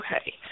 Okay